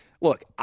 Look